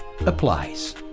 applies